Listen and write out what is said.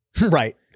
Right